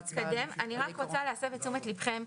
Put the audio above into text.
אני רק רוצה להסב את תשומת לבכם,